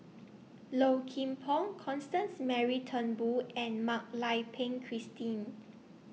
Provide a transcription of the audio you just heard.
Low Kim Pong Constance Mary Turnbull and Mak Lai Peng Christine